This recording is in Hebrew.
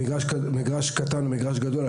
מגרש קטן או מגרש גדול,